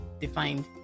defined